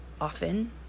often